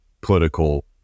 political